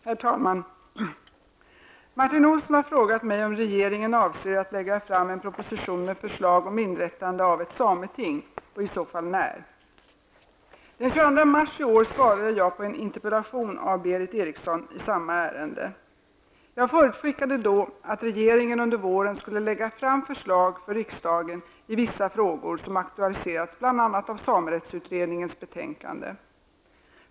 Herr talman! Martin Olsson har frågat mig om regeringen avser att lägga fram en proposition med förslag om inrättande av ett sameting -- och i så fall när. Den 22 mars i år svarade jag på en interpellation av Berith Eriksson i samma ärende. Jag förutskickade då att regeringen under våren skulle lägga fram förslag för riksdagen i vissa frågor som aktualiserats bl.a. av samerättsutredningens betänkande.